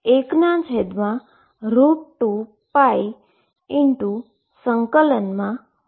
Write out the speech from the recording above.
જે બને છે